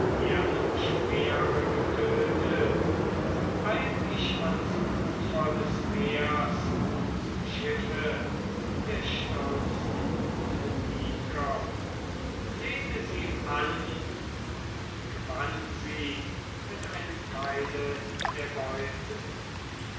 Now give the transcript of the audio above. ehernem speere getötet eilt ich ans ufer des meers zum schiffe der stolzen phöniker flehte sie an und gewann sie mit einem teile der beute